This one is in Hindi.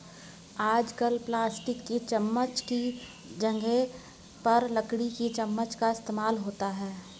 आजकल प्लास्टिक की चमच्च की जगह पर लकड़ी की चमच्च का इस्तेमाल होता है